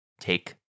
take